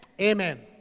Amen